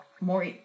More